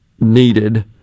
needed